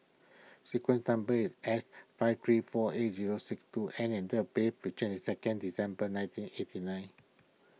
sequence number is S five three four eight zero six two N and the bait is second December nineteen eighty nine